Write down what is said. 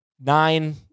nine